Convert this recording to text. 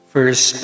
First